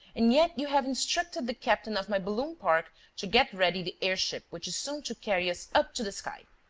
and yet you have instructed the captain of my balloon-park to get ready the airship which is soon to carry us up to the sky.